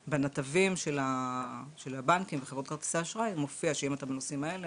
בנתבים של הבנקים וחברות כרטיסי האשראי זה מופיע שאם אתה בנושאים האלה